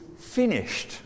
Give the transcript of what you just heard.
finished